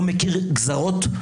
לא מכיר גזרות.